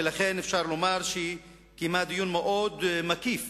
ולכן אפשר לומר שהיא קיימה דיון מאוד מקיף